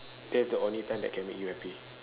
that's the only time that can you happy